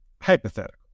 hypothetical